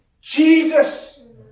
Jesus